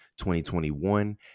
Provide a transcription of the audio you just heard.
2021